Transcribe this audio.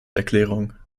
erklärung